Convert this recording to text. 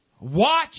Watch